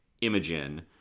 Imogen